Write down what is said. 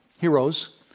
heroes